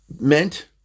meant